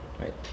right